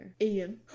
Ian